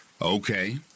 Okay